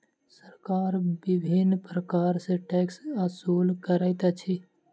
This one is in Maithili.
सरकार विभिन्न प्रकार सॅ टैक्स ओसूल करैत अछि